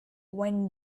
when